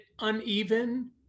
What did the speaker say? uneven